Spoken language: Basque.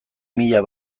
mila